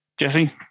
Jesse